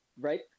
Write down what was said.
right